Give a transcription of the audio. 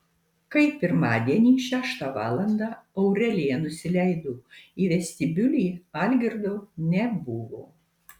kai pirmadienį šeštą valandą aurelija nusileido į vestibiulį algirdo nebuvo